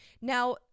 Now